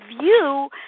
view